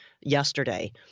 yesterday